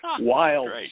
wild